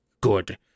Good